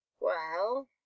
Well